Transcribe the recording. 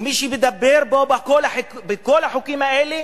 ומי שמדבר פה בכל החוקים האלה